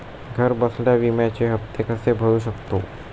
घरबसल्या विम्याचे हफ्ते कसे भरू शकतो?